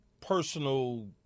personal